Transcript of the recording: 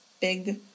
big